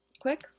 Quick